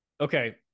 okay